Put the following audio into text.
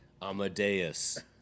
Amadeus